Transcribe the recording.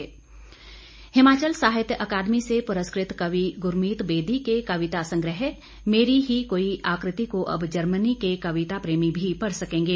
कविता संग्रह हिमाचल साहित्य अकादमी से पुरस्कृत कवि गुरमीत बेदी के कविता संग्रह मेरी ही कोई आकृति को अब जर्मनी के कविता प्रेमी भी पढ़ सकेंगे